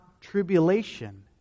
tribulation